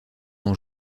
d’en